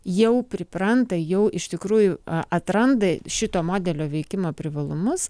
jau pripranta jau iš tikrųjų atranda šito modelio veikimo privalumus